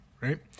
right